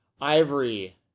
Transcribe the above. Ivory